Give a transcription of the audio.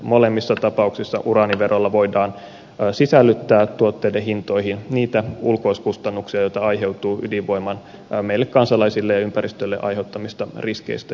molemmissa tapauksissa uraaniverolla voidaan sisällyttää tuotteiden hintoihin niitä ulkoiskustannuksia joita aiheutuu ydinvoiman meille kansalaisille ja ympäristölle aiheuttamista riskeistä ja haitoista